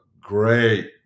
great